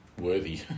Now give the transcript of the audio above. worthy